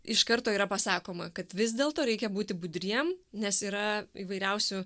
iš karto yra pasakoma kad vis dėlto reikia būti budriem nes yra įvairiausių